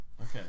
Okay